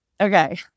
Okay